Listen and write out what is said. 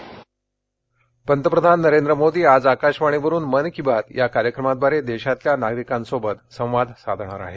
मन की बात पंतप्रधान नरेंद्र मोदी आज आकाशवाणीवरून मन की बात या कार्यक्रमाद्वारे देशातल्या नागरिकांशी संवाद साधणार आहेत